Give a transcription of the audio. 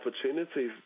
opportunities